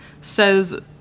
Says